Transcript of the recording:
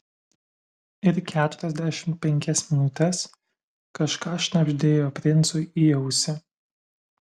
ir keturiasdešimt penkias minutes kažką šnabždėjo princui į ausį